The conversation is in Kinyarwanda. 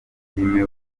filime